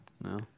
No